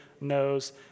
knows